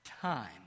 Time